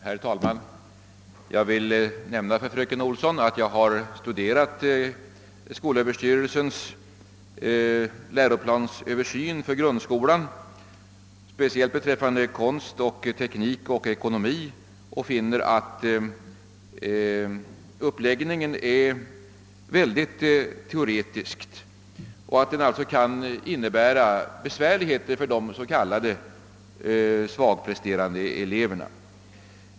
Herr talman! Jag vill nämna för fröken Olsson att jag har studerat skol överstyrelsens läroplansöversyn för grundskolan, speciellt beträffande konst, teknik och ekonomi. Jag finner att uppläggningen är mycket teoretisk och att undervisningen alltså kan medföra besvärligheter för de s.k. svagpresterande eleverna.